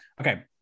Okay